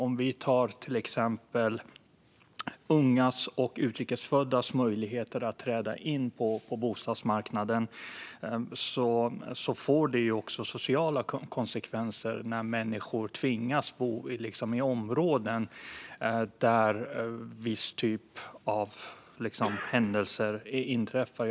Om jag till exempel tar ungas och utrikesföddas möjligheter att träda in på bostadsmarknaden får det också sociala konsekvenser när människor tvingas bo i områden där en viss typ av händelser inträffar.